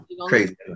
crazy